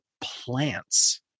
plants